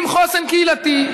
עם חוסן קהילתי,